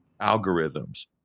algorithms